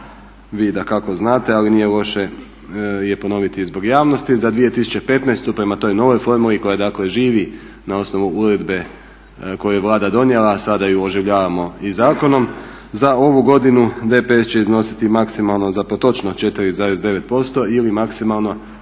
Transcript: vi dakako znate ali nije loše je ponoviti i zbog javnosti. Za 2015. prema toj novoj formuli koja dakle živi na osnovu uredbe koju je Vlada donijela, sada ju oživljavamo i zakonom, za ovu godinu VPS će iznositi maksimalno za pod točno 4,9% ili maksimalno